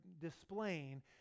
displaying